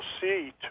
see